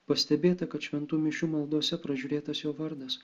pastebėta kad šventų mišių maldose pražiūrėtas jo vardas